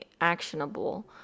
actionable